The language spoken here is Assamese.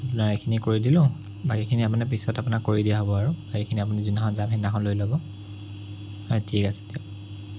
আপোনৰ এইখিনি কৰি দিলোঁ বাকীখিনি আপুনি পিছত আপোনাক কৰি দিয়া হ'ব আৰু বাকীখিনি আমি যোনদিনাখন যাম সেদিনাখন লৈ ল'ব অঁ ঠিক আছে দিয়ক